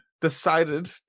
decided